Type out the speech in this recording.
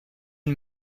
une